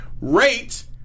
Rate